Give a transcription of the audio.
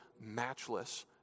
matchless